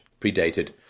predated